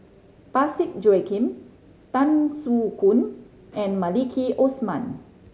Parsick Joaquim Tan Soo Khoon and Maliki Osman